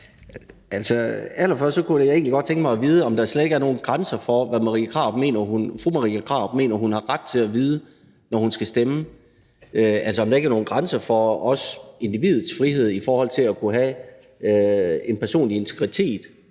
Allerførst kunne jeg egentlig godt tænke mig at vide, om der slet ikke er nogen grænser for, hvad fru Marie Krarup mener hun har ret til at vide, når hun skal stemme? Er der ikke nogen grænser i forhold til individets frihed og at kunne have en personlig integritet?